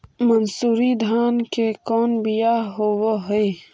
मनसूरी धान के कौन कौन बियाह होव हैं?